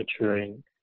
maturing